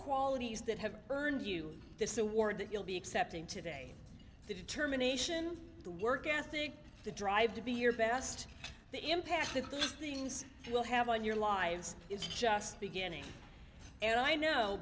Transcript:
qualities that have earned you this award that you'll be accepting today the determination the work ethic the drive to be your best the impact that these things will have on your lives it's just beginning and i know